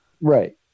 Right